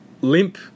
limp